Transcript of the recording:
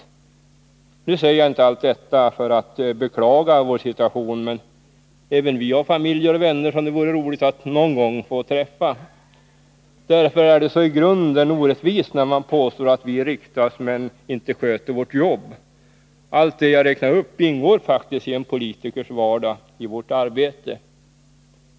Jag säger inte detta för att beklaga vår situation, men även vi har familjer och vänner som det vore roligt att någon gång få träffa. Därför är det så i grunden orättvist när man påstår att vi riksdagsmän inte sköter vårt jobb. Allt det jag räknat upp ingår faktiskt i en politikers vardag, i vårt arbete.